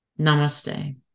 Namaste